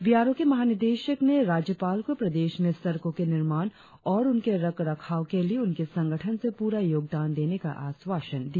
B R O के महा निदेशक ने राज्यपाल को प्रदेश में सड़कों के निर्माण और उनके रखरखाव के लिए उनकी संगठन से प्ररा योगदान देने का आश्वासन दिया